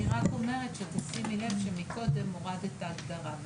אני רק א ומרת שתשימו לב שקודם הורדתם את ההגדרה.